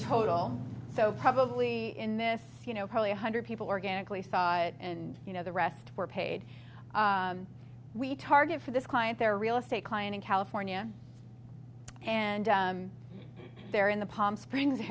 total so probably in this you know probably one hundred people organically saw it and you know the rest were paid we target for this client their real estate client in california and they're in the palm springs